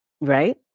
right